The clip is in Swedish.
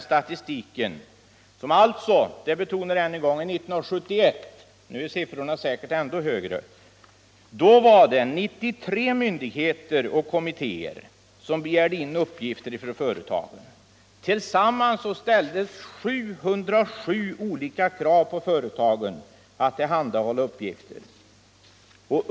Då var det — jag betonar att det gäller 1971, nu är siffrorna säkert ännu högre — 93 myndigheter och kommittéer som begärde in uppgifter från företagen. Tillsammans ställdes 707 olika krav på företagen att tillhandahålla uppgifter.